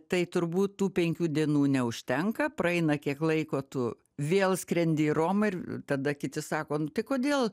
tai turbūt tų penkių dienų neužtenka praeina kiek laiko tu vėl skrendi į romą ir tada kiti sako tai kodėl